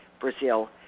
Brazil